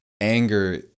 anger